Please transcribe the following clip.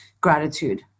gratitude